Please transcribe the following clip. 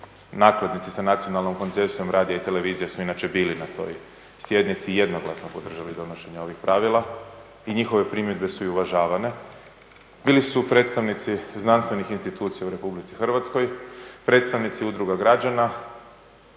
nakladnici sa nacionalnom koncesijom radija i televizije su inače bili na toj sjednici i jednoglasno podržali donošenje ovih pravila i njihove primjedbe su i uvažavane. Bili su predstavnici znanstvenih institucija u RH, predstavnici udruga građana